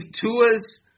Tua's